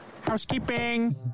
Housekeeping